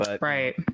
Right